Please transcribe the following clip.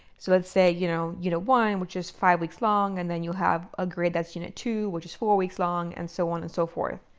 so let's say, you know you know, one which is five weeks long, and then you have a grid as unit two, which is four weeks long and so on and so forth.